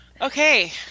Okay